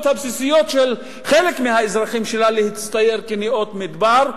הבסיסיות של חלק מהאזרחים שלה תצטייר כנאות מדבר.